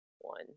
one